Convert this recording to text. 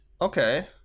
Okay